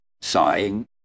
sighing